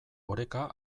oreka